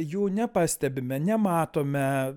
jų nepastebime nematome